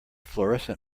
florescent